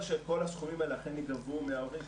שכל הסכומים האלה אכן ייגבו מההורים,